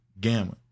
Gamma